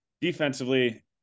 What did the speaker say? Defensively